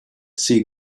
sea